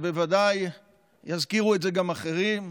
ובוודאי יזכירו את זה גם אחרים,